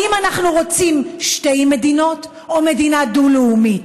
האם אנחנו רוצים שתי מדינות או מדינה דו-לאומית?